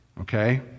okay